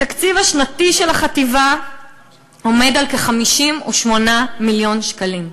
התקציב השנתי של החטיבה עומד על כ-58 מיליון שקלים,